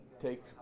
take